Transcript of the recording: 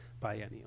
biennial